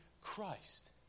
Christ